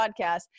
podcast